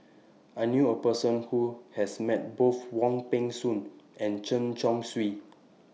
I knew A Person Who has Met Both Wong Peng Soon and Chen Chong Swee